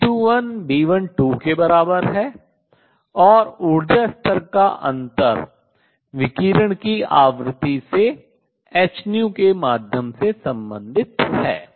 B21 B12 के बराबर है और ऊर्जा स्तर का अंतर विकिरण की आवृत्ति से hν के माध्यम से संबंधित है